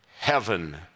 Heaven